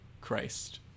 christ